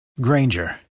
Granger